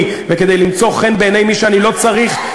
וכדי למצוא חן בעיני מי שאני לא צריך,